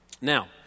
Now